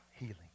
Healing